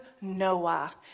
Noah